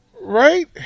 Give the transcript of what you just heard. Right